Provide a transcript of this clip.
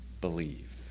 believe